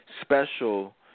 special